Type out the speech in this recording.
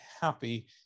happy